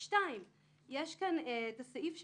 סעיף סל.